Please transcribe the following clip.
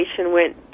went